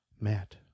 Matt